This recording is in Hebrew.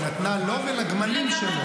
היא נתנה לו ולגמלים שלו.